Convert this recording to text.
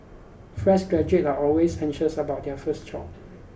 fresh graduates are always anxious about their first job